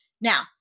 Now